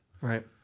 Right